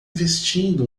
vestindo